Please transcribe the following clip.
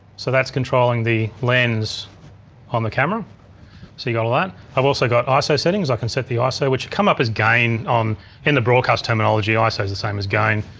so that's controlling the lens on the camera so you got a light. i've also got iso settings i can set the ah iso which come up as gain in the broadcast terminology, iso is the same as gain.